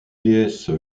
déesse